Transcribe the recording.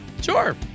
Sure